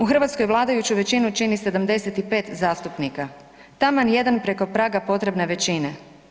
U Hrvatskoj vladajuću većinu čini 75 zastupnika, taman jedan preko praga potrebne većine.